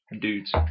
dudes